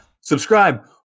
subscribe